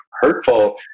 hurtful